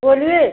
बोलिए